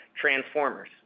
transformers